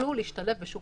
יוכלו להשתלב בשוק